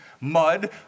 Mud